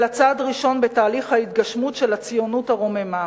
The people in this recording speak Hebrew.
אלא צעד ראשון בתהליך ההתגשמות של הציונות הרוממה.